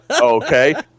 okay